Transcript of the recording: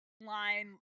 line